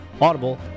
Audible